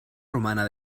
romana